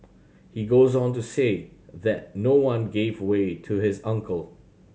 he goes on to say that no one gave way to his uncle